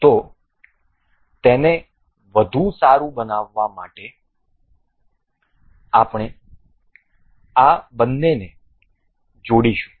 તેથી તેને વધુ સારું બનાવવા માટે અમે આ બંનેને જોડીશું